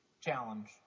challenge